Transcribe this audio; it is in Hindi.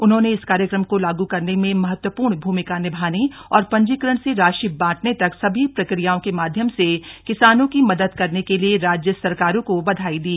उन्होंने इस कार्यक्रम को लागू करने में महत्वपूर्ण भूमिका निभाने और पंजीकरण से राशि बांटने तक सभी प्रक्रियाओं के माध्यम से किसानों की मदद करने के लिए राज्य सरकारों को बधाई दी